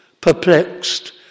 perplexed